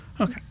Okay